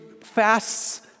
fasts